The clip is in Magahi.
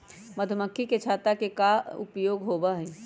मधुमक्खी के छत्ता के का उपयोग होबा हई?